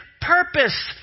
Purpose